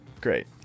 Great